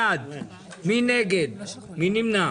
באמת, היה בן אדם.